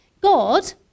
God